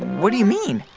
what do you mean?